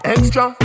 Extra